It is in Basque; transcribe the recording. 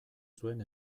zuen